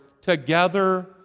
together